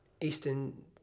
eastern